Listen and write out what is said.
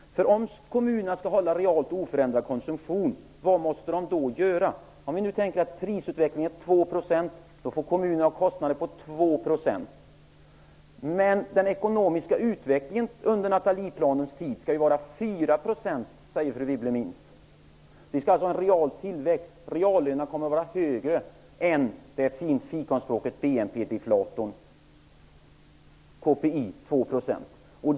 Om kommunerna skall hålla en realt oförändrad konsumtion, vad måste de då göra? Om prisutvecklingen är 2 %, får kommunerna kostnader på 2 %. Men den ekonomiska utvecklingen under Nathalieplanens tid skall ju vara minst 4 %, säger fru Wibble. Vi skall alltså ha en real tillväxt. Reallönerna kommer att vara högre än det som på fikonspråket kallas BNP-deflatorn.